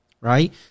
right